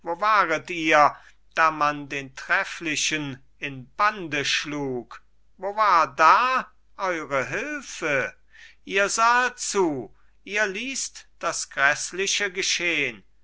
ihr da man den trefflichen in bande schlug wo war da eure hülfe ihr sahet zu ihr ließt das gräßliche geschehn